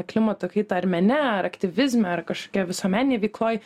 klimato kaitą ar mene ar aktyvizmą ar kažkokia visuomeninei veikloj